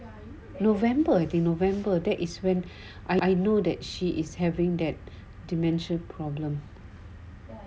november I think november that is when I know that she is having that dementia problem